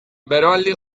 beroaldi